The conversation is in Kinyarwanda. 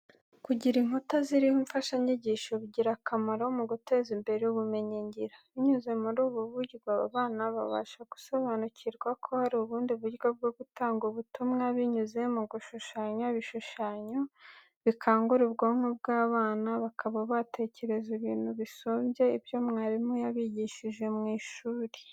Kugira inkuta ziriho imfashanyigisho bigira akamaro mu guteza imbere ubumenyingiro. Binyuze muri ubu buryo, abana babasha gusobanukirwa ko hari ubundi buryo bwo gutanga ubutumwa binyuze mu gushushanya. Ibishushanyo bikangura ubwonko bw'abana bakaba batekereza ibintu bisumbye ibyo mwarimu yabigishije mu ishuri.